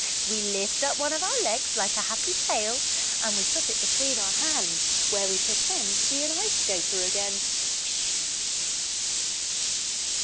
we lift up one of our legs like a happy tail and we put it between our hands where we pretend to be an ice skater again swish